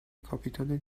کاپیتان